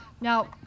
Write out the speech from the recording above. Now